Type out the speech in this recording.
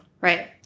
Right